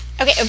Okay